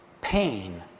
pain